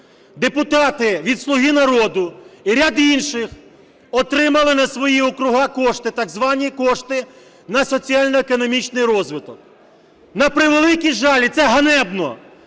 депутати від "Слуги народу" і ряд інших отримали на свої округи кошти, так звані кошти на соціально-економічний розвиток. На превеликий жаль, і це ганебно,